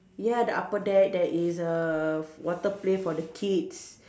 ya the upper deck there is a water play for the kids